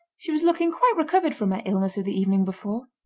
she was looking quite recovered from her illness of the evening before.